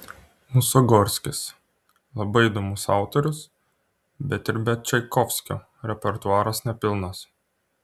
musorgskis labai įdomus autorius bet ir be čaikovskio repertuaras nepilnas